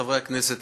חברי הכנסת,